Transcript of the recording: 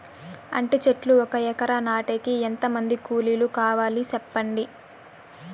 అంటి చెట్లు ఒక ఎకరా నాటేకి ఎంత మంది కూలీలు కావాలి? సెప్పండి?